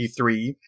E3